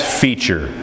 feature